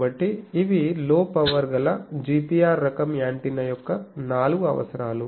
కాబట్టి ఇవి లో పవర్ గల GPR రకం యాంటెన్నా యొక్క నాలుగు అవసరాలు